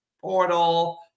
portal